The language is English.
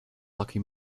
lucky